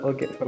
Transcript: Okay